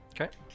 Okay